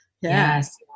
Yes